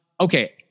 okay